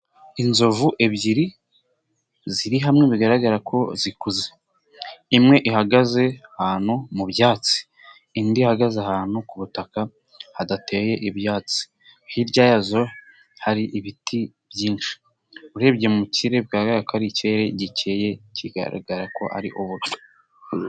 Inzovu ebyiri ziri hamwe bigaragara ko zikuze ,imwe ihagaze ahantu mu byatsi, indi ihagaze ahantu ku butaka hadateye ibyatsi , hirya yazo hari ibiti byinshi urebye mu kirere bigaragara ko gikeye ,kigaragara ko ari ubufi.